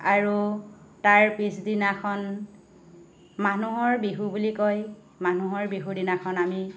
আৰু তাৰ পিছদিনাখন মানুহৰ বিহু বুলি কয় মানুহৰ বিহুৰ দিনাখন আমি